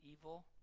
evil